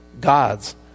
gods